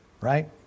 right